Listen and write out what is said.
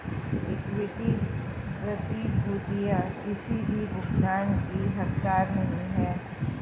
equity प्रतिभूतियां किसी भी भुगतान की हकदार नहीं हैं